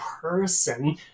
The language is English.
person